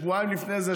שבועיים לפני זה,